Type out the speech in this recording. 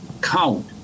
count